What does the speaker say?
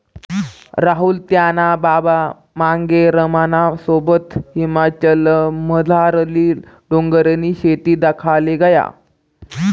राहुल त्याना बाबा मांगेरामना सोबत हिमाचलमझारली डोंगरनी शेती दखाले गया